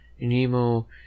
Nemo